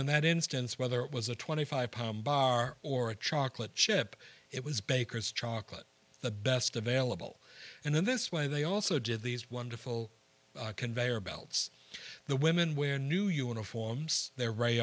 in that instance whether it was a twenty five pound bar or a chocolate chip it was baker's chocolate the best available and in this way they also did these wonderful conveyor belts the women wear new uniforms they're right